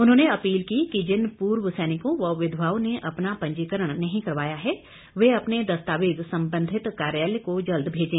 उन्होंने अपील की कि जिन पूर्व सैनिकों व विधवाओं ने अपना पंजीकरण नहीं करवाया है वह अपने दस्तावेज संबंधित कार्यालय को जल्द भेजे